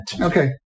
Okay